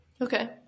Okay